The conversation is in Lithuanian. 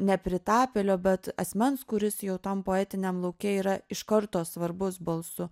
nepritapėlio bet asmens kuris jau tam poetiniam lauke yra iš karto svarbus balsu